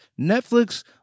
netflix